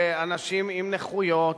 ואנשים עם נכויות,